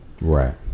right